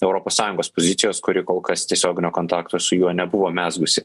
europos sąjungos pozicijos kuri kol kas tiesioginio kontakto su juo nebuvo mezgusi